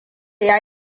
ya